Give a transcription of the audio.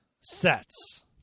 Sets